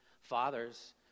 fathers